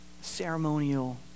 ceremonial